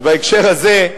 אז בהקשר הזה,